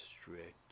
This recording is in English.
strict